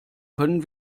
können